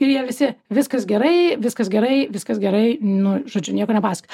ir jie visi viskas gerai viskas gerai viskas gerai nu žodžiu nieko nepasakoja